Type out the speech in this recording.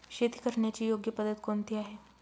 शेती करण्याची योग्य पद्धत कोणती आहे?